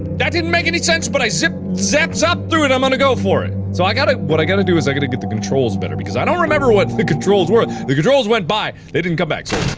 that didn't make any sense, but i zip zap zopped through it i'm gonna go for it so i gotta what i gotta do is i gotta get the controls better because i don't remember what the controls were the controls went by, they didn't come back so,